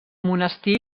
monestir